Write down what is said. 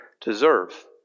deserve